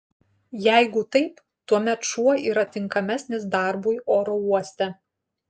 jeigu taip tuomet šuo yra tinkamesnis darbui oro uoste